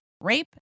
Rape